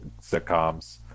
sitcoms